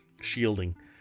shielding